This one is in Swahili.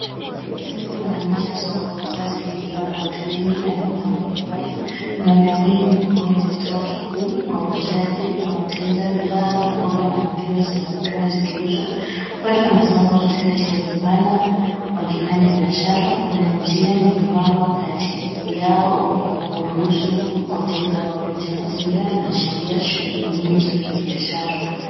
Risasi inaonyesha soko la wazi likiwa na watu wengi na bidhaa mbalimbali. Kuna miavuli mikubwa inayotoa kivuli kwa wauzaji na wateja. Bidhaa za mboga na matunda zinaonekana zikiuzwa. Watu wanasonga katikati ya vibanda wakifanya biashara. Kuna njia nyembamba kati yao ya kuruhusu wateja wapite. Mazingira yanaashiria shughuli nyingi za kibiashara.